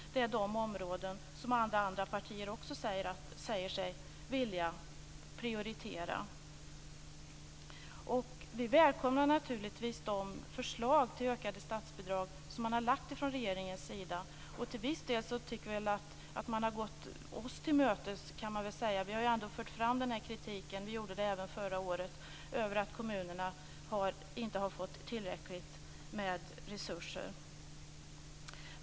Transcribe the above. Det är de områden som alla andra partier också säger sig vilja prioritera. Vi välkomnar naturligtvis de förslag till ökade statsbidrag som regeringen har lagt fram. Till viss del tycker vi att man har gått oss till mötes - vi har ju ändå fört fram kritik för att kommunerna inte har fått tillräckligt med resurser, både i år och förra året.